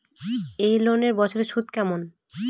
এই লোনের বছরে সুদ কেমন?